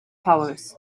powers